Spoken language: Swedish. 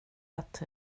att